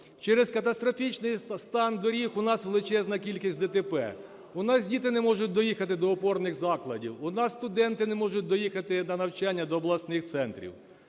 Через катастрофічний стан доріг в нас величезна кількість ДТП, в нас діти не можуть доїхати до опорних закладів, в нас студенти не можуть доїхати на навчання до обласних центрів.